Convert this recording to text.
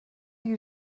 you